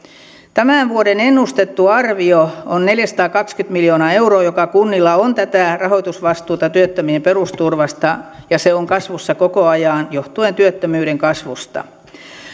tämän vuoden ennustettu arvio on neljäsataakaksikymmentä miljoonaa euroa joka kunnilla on tätä rahoitusvastuuta työttömien perusturvasta ja se on kasvussa koko ajan johtuen työttömyyden kasvusta